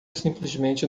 simplesmente